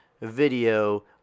video